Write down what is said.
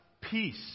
peace